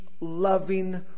loving